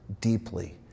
deeply